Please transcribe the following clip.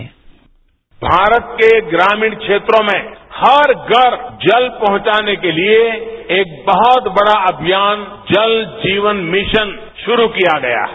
bite PM Bharat के ग्रामीण क्षेत्रों में हर घर जल पहुंचाने के लिए एक बहुत बड़ा अभियान जल जीवन मिशन शुरू किया गया है